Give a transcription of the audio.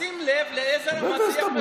תשים לב באיזו רמת שיח מדובר.